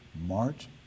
March